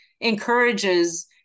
encourages